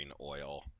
oil